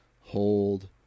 hold